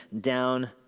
down